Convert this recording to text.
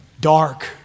dark